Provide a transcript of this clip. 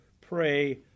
pray